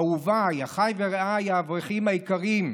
אהוביי, אחיי ורעיי האברכים היקרים,